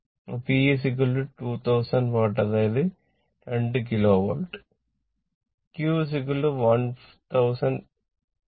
അതിനാൽ P 2000 watt അതായത് 2 kilowatt Q 1500 var 1